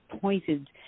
pointed